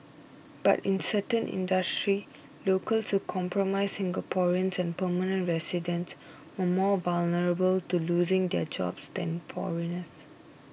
but in certain industries locals who comprise Singaporeans and permanent residents were more vulnerable to losing their jobs than foreigners